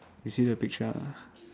you see the picture ah